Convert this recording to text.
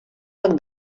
toc